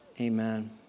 amen